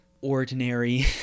ordinary